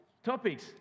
Topics